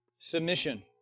Submission